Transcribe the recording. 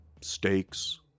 Steaks